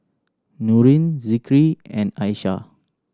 Nurin Zikri and Aishah